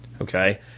Okay